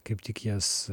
kaip tik jas